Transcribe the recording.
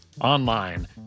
online